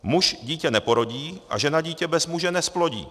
Muž dítě neporodí a žena dítě bez muže nezplodí.